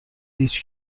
هیچ